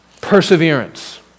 perseverance